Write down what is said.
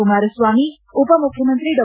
ಕುಮಾರಸ್ವಾಮಿ ಉಪಮುಖ್ಯಮಂತ್ರಿ ಡಾ